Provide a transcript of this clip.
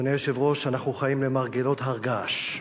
אדוני היושב-ראש, אנחנו חיים למרגלות הר געש,